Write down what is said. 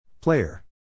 Player